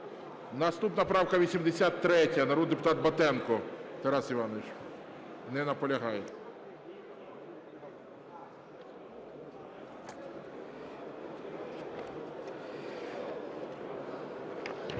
наступна правка 83, народний депутат Батенко Тарас Іванович. Не наполягає.